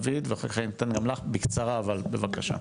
הסוכנות אני רוצה.